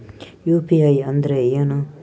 UPI ಅಂದ್ರೆ ಏನು?